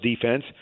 defense